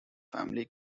family